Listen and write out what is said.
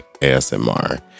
ASMR